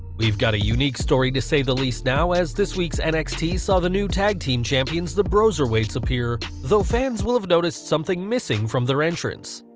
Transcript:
we've got a unique story to say the least now, as this week's nxt saw the new tag team champions the broserweights appear, though fans will have noticed something missing from their entrance.